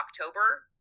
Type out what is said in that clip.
October